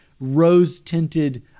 rose-tinted